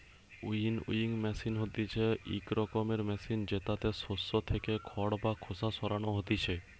winnowing machine হতিছে ইক রকমের মেশিন জেতাতে শস্য থেকে খড় বা খোসা সরানো হতিছে